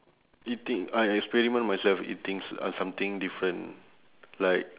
eating I experiment myself eating s~ uh something different like